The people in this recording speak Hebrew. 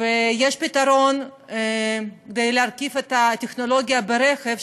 ויש פתרון כדי להרכיב את הטכנולוגיה ברכב,